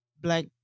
black